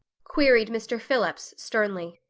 queried mr. phillips sternly.